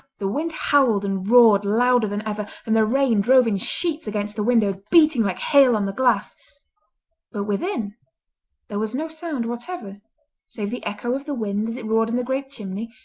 the wind howled and roared louder than ever, and the rain drove in sheets against the windows, beating like hail on the glass but within there was no sound whatever save the echo of the wind as it roared in the great chimney,